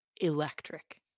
electric